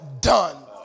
done